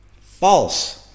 False